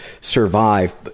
survive